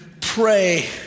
pray